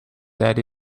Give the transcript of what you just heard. that